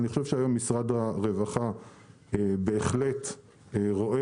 אני חושב שהיום משרד הרווחה בהחלט רואה